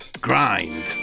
Grind